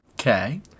Okay